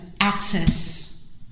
access